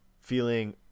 feeling